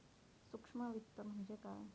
सूक्ष्म वित्त म्हणजे काय?